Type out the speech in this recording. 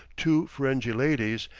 two ferenghi ladies,